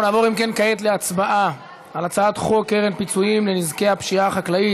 אנחנו נעבור כעת להצבעה על הצעת חוק קרן פיצויים לנזקי הפשיעה החקלאית,